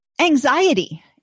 Anxiety